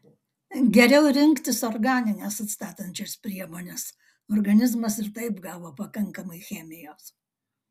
geriau rinktis organines atstatančias priemones organizmas ir taip gavo pakankamai chemijos